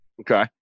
Okay